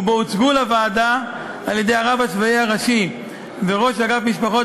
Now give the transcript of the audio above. ובו הוצגו לוועדה על-ידי הרב הצבאי הראשי וראש אגף משפחות